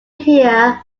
here